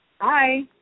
Hi